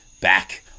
back